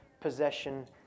possession